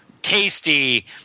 Tasty